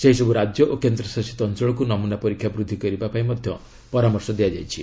ସେହିସବୁ ରାଜ୍ୟ ଓ କେନ୍ଦ୍ରଶାସିତ ଅଞ୍ଚଳକୁ ନମୁନା ପରୀକ୍ଷା ବୃଦ୍ଧି କରିବା ପାଇଁ ପରାମର୍ଶ ଦିଆଯାଇଛି